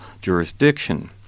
jurisdiction